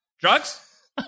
drugs